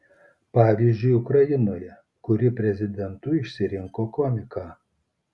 pavyzdžiui ukrainoje kuri prezidentu išsirinko komiką